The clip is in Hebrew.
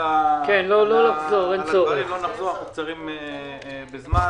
אני מכיר הבעיה,